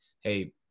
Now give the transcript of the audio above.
hey